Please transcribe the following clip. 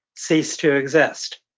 cease to exist.